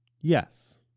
Yes